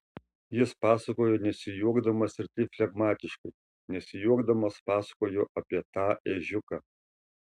jis pasakojo nesijuokdamas ir taip flegmatiškai nesijuokdamas pasakojo apie tą ežiuką